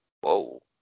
whoa